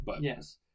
Yes